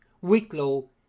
Wicklow